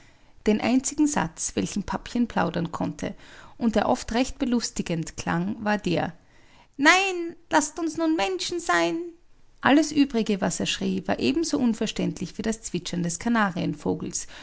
den einzigen satz welchen papchen plaudern konnte und der oft recht belustigend klang war der nein laßt uns nun menschen sein alles übrige was er schrie war ebenso unverständlich wie das zwitschern des kanarienvogels